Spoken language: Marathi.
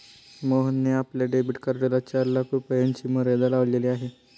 मोहनने आपल्या डेबिट कार्डला चार लाख रुपयांची मर्यादा लावलेली आहे